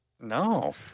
No